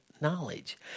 knowledge